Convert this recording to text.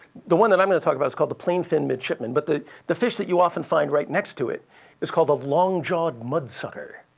the one that i'm and to talk about is called the plainfin midshipman. but the the fish that you often find right next to it is called longjawed mudsucker,